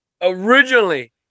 originally